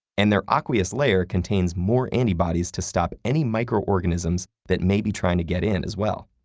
and their aqueous layer contains more antibodies to stop any microorganisms that may be trying to get in, as well.